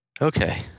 Okay